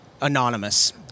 Anonymous